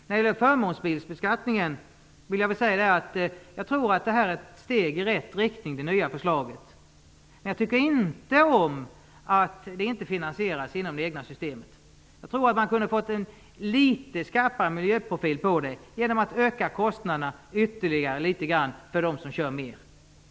När det gäller förmånsbilsbeskattningen tror jag att det nya förslaget är ett steg i rätt riktning. Men jag tycker inte om att det inte finansieras inom det egna systemet. Jag tror att man kunde ha fått en litet skarpare miljöprofil på detta genom att öka kostnaderna ytterligare litet grand för dem som kör mera.